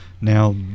Now